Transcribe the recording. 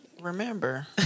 remember